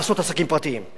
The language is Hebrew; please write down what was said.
לעשות עסקים פרטיים.